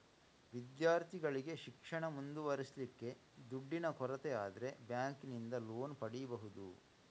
ವಿದ್ಯಾರ್ಥಿಗಳಿಗೆ ಶಿಕ್ಷಣ ಮುಂದುವರಿಸ್ಲಿಕ್ಕೆ ದುಡ್ಡಿನ ಕೊರತೆ ಆದ್ರೆ ಬ್ಯಾಂಕಿನಿಂದ ಲೋನ್ ಪಡೀಬಹುದು